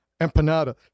empanada